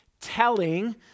telling